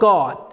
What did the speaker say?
God